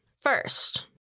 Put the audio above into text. First